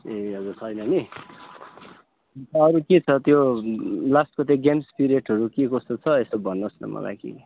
ए हजुर छैन नि अरू के छ त्यो लास्टको त्यो गेम्स पिरियडहरू के कस्तो छ यसो भन्नुहोस् न मलाई केही